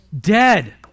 Dead